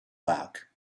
back